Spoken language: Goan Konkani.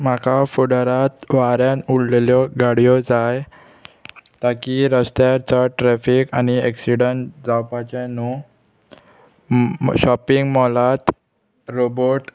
म्हाका फुडारात वाऱ्यान उरलेल्यो गाडयो जाय ताकी रस्त्यार चड ट्रॅफीक आनी एक्सिडंट जावपाचें न्हू शॉपिंग मॉलात रोबोट